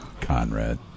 Conrad